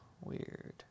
weird